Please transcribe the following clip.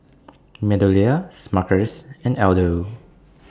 Meadowlea Smuckers and Aldo